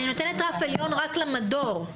אני נותנת רף עליון רק למדור.